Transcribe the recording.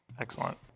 Excellent